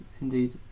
indeed